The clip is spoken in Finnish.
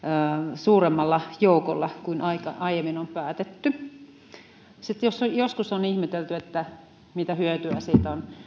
suuremmalla joukolla kuin aiemmin on päätetty jos joskus on ihmetelty mitä hyötyä on